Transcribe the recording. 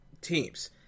teams